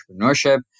entrepreneurship